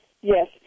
Yes